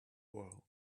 world